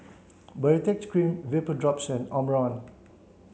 Baritex cream Vapodrops and Omron